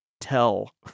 tell